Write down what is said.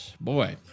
boy